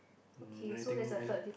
um anything any